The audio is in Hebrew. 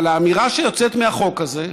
אבל האמירה שיוצאת מהחוק הזה,